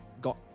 got